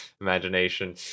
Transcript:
imagination